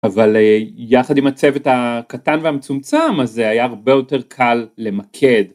אבל יחד עם הצוות הקטן והמצומצם אז זה היה הרבה יותר קל למקד.